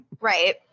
right